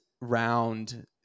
round